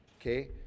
okay